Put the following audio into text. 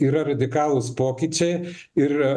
yra radikalūs pokyčiai ir